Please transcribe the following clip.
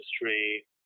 industry